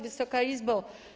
Wysoka Izbo!